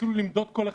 ויתחילו למדוד כל אחד,